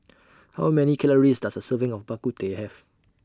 How Many Calories Does A Serving of Bak Kut Teh Have